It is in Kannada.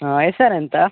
ಹಾಂ ಹೆಸರೆಂತ